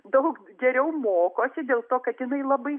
daug geriau mokosi dėl to kad jinai labai